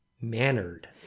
mannered